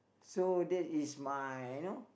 so that is my you know